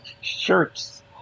shirts